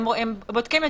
אני קוראת ואז נעיר.